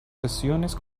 sesiones